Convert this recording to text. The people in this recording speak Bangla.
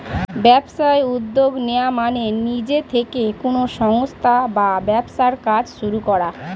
ব্যবসায় উদ্যোগ নেওয়া মানে নিজে থেকে কোনো সংস্থা বা ব্যবসার কাজ শুরু করা